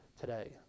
today